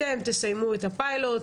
אתם תסיימו את הפיילוט,